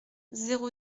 zéro